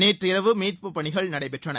நேற்று இரவு மீட்பு பணிகள் நடைபெற்றன